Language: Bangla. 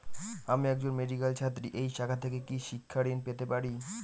আমি একজন মেডিক্যাল ছাত্রী এই শাখা থেকে কি শিক্ষাঋণ পেতে পারি?